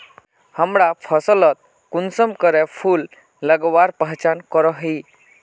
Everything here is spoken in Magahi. हमरा फसलोत कुंसम करे फूल लगवार पहचान करो ही?